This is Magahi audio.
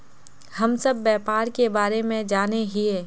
हम सब व्यापार के बारे जाने हिये?